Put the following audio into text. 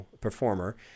performer